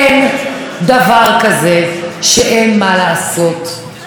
ביום הזה ראש הממשלה היה צריך להקדיש